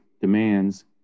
demands